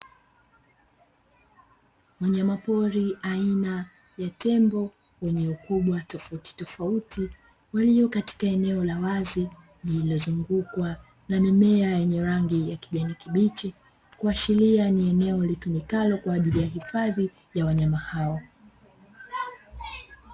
Wanyama pori aina ya tembo wenye ukubwa tofauti tofauti walio katika eneo la wazi, lililozungukwa na mimea yenye rangi ya kijani kibichi; kuashiria ni eneo linalotumika kwa ajili ya uhifadhi wa wanyama hao.